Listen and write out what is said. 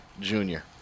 Junior